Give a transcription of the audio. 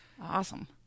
Awesome